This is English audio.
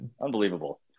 unbelievable